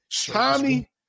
Tommy